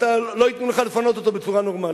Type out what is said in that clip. לא ייתנו לך לפנות אותו בצורה נורמלית.